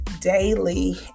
daily